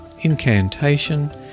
incantation